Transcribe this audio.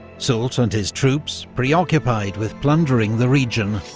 soult and his troops, preoccupied with plundering the region,